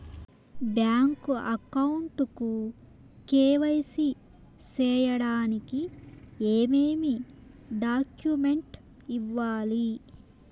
Bank account కు KYC సేయడానికి ఏమేమి డాక్యుమెంట్ ఇవ్వాలి?